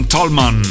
Tolman